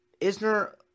Isner